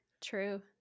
True